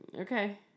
Okay